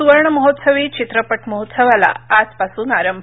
सुवर्ण महोत्सवी चित्रपट महोत्सवाला आजपासून आरंभ